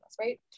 right